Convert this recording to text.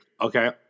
okay